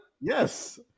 Yes